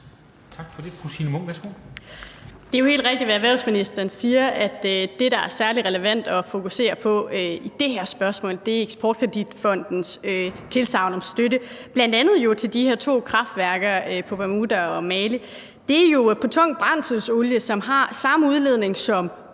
Det er jo helt rigtigt, hvad erhvervsministeren siger, nemlig at det, der er særlig relevant at fokusere på i det her spørgsmål, er Eksportkreditfondens tilsagn om støtte, bl.a. jo til de her to kraftværker på Bermuda og på Mali, og det handler om tung brændselsolie, som har samme udledning som